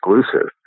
exclusive